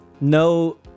No